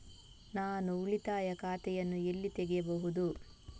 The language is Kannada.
ನಾನು ಉಳಿತಾಯ ಖಾತೆಯನ್ನು ಎಲ್ಲಿ ತೆಗೆಯಬಹುದು?